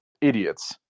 idiots